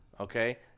okay